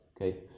Okay